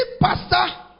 pastor